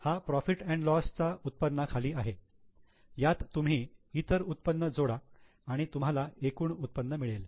हा profit and loss profit lossच्या उत्पन्ना खाली आहे यात तुम्ही इतर उत्पन्न जोडा आणि तुम्हाला एकूण उत्पन्न मिळेल